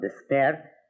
despair